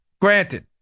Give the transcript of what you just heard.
granted